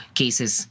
cases